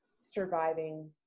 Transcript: surviving